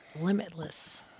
limitless